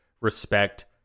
respect